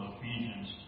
Ephesians